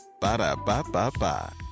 Ba-da-ba-ba-ba